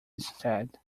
instead